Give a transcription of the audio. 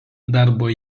darbo